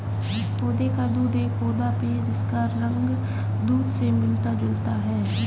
पौधे का दूध एक पौधा पेय है जिसका रंग दूध से मिलता जुलता है